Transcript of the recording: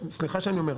סליחה שאני אומר את זה,